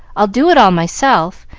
i'll do it all myself,